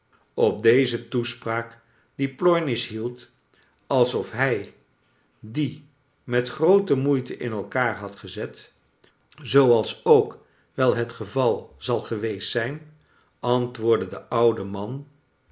op deze toespraak die plornish hield alsof hij die met groote moeite in elkaar had gezet zooais ook wel het geval zal geweest zijn antwoordde de oude man